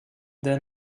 then